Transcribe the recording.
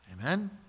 Amen